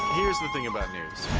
is the thing about news